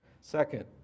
Second